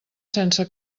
sense